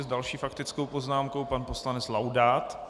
S další faktickou poznámkou pan poslanec Laudát.